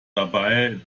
dabei